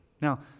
Now